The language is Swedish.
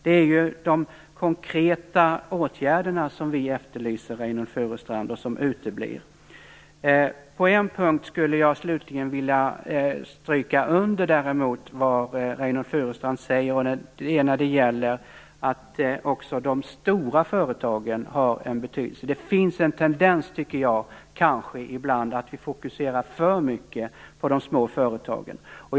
Det är de konkreta åtgärderna som vi efterlyser och som uteblir, På en punkt skulle jag däremot vilja stryka under vad Reynoldh Furustrand säger, och det är när det gäller att också de stora företagen har en betydelse. Det finns ibland en tendens att vi fokuserar för mycket på de små företagen.